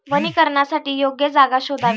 वनीकरणासाठी योग्य जागा शोधावी